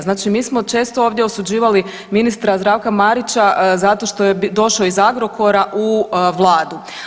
Znači mi smo često ovdje osuđivali ministra Zdravka Marića zato što je došao iz Agrokora u vladu.